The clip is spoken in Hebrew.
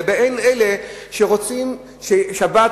לבין אלה שרוצים ששבת,